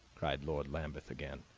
cried lord lambeth again.